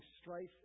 strife